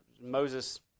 Moses